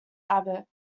abbott